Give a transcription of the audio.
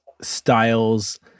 styles